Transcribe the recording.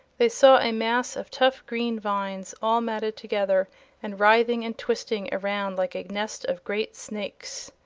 they saw a mass of tough green vines all matted together and writhing and twisting around like a nest of great snakes.